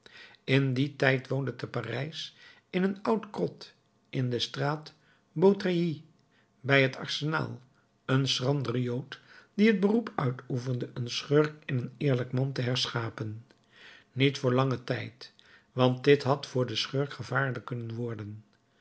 in dien tijd woonde te parijs in een oud krot in de straat beautreillis bij het arsenaal een schrandere jood die het beroep uitoefende een schurk in een eerlijk man te herscheppen niet voor langen tijd want dit had voor den schurk gevaarlijk kunnen worden